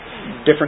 different